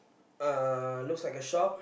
uh looks like a shop